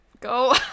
Go